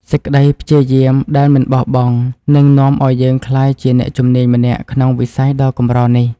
សេចក្តីព្យាយាមដែលមិនបោះបង់នឹងនាំឱ្យយើងក្លាយជាអ្នកជំនាញម្នាក់ក្នុងវិស័យដ៏កម្រនេះ។